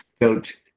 Coach